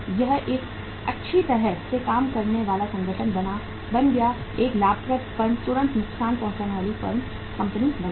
यह एक अच्छी तरह से काम करने वाला संगठन बन गया एक लाभप्रद फर्म तुरंत नुकसान पहुंचाने वाली कंपनी बन गई